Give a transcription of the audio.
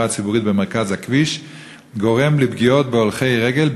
הציבורית במרכז הכביש גורמים לפגיעות בהולכי רגל,